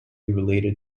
related